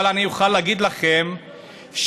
אבל אני אוכל להגיד לכם שאז,